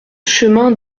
chemin